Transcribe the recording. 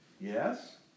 Yes